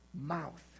mouth